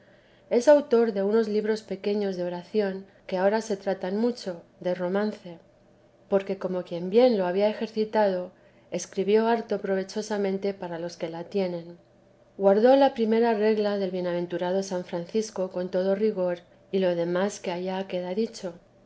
es autor de unos libros pequeños de oración que ahora se tratan mucho de romance porque como quien bien lo había ejercitado escribió harto provechosamente para los que la tienen guardó la primera regla del bienaventurado san francisco con todo rigor y lo demás que allá queda dicho